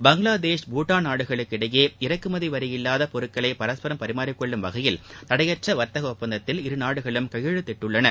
பங்களாதேஷ் பூடான் நாடுகளுக்கிடையே இறக்குமதி வரி இல்லாத பொருட்களை பரஸ்பரம் பரிமாறி கொள்ளும் வகையில் தடையற்ற வர்த்தக ஒப்பந்தத்தில் இரு நாடுகளும் கையெழுத்திட்டுள்ளன